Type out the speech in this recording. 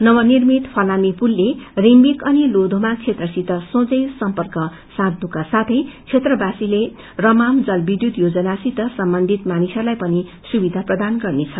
नवनिर्मित फलामे पुलले रिम्बिक अनि लोयेमा क्षेत्रसित सोझै सर्म्यक साँघ्नुका साथै क्षेत्रवासीले रमाम जल विध्यूत योजनासित सम्बन्धित मानिसहरूलाई पनि सुविधा प्रदान गर्नेछ